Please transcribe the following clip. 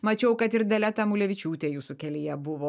mačiau kad ir dalia tamulevičiūtė jūsų kelyje buvo